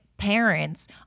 Parents